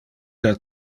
del